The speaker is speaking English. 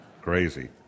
crazy